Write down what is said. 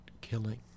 killing